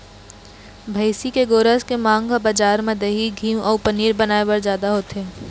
भइसी के गोरस के मांग ह बजार म दही, घींव अउ पनीर बनाए बर जादा होथे